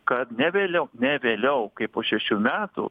kad ne vėliau ne vėliau kaip po šešių metų